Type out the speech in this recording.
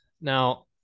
Now